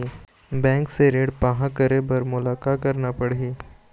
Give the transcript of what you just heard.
Bank से ऋण पाहां करे बर मोला का करना पड़ही?